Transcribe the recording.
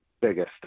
biggest